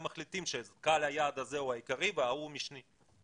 מחליטים שקהל היעד הזה עיקרי וההוא משני.